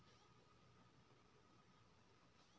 मूंगफली के उन्नत बीज के नाम?